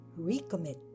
Recommit